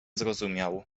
zrozumiał